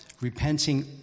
repenting